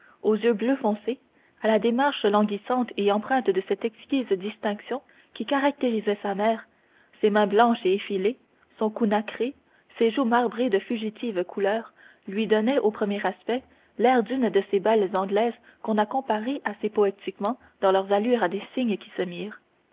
aux yeux bleu foncé à la démarche languissante et empreinte de cette exquise distinction qui caractérisait sa mère ses mains blanches et effilées son cou nacré ses joues marbrées de fugitives couleurs lui donnaient au premier aspect l'air d'une de ces belles anglaises qu'on a comparées assez poétiquement dans leurs allures à des cygnes qui se mirent